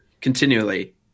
continually